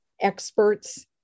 experts